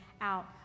out